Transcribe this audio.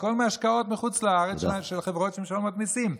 הכול מהשקעות מחוץ לארץ של חברות שמשלמות מיסים.